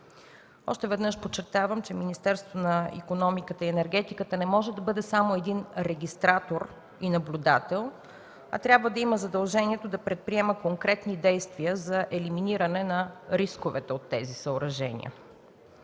Още веднъж подчертавам, че Министерството на икономиката и енергетиката не може да бъде само един регистратор и наблюдател, а трябва да има задължението да предприема конкретни действия за елиминиране на рисковете от тези съоръжения.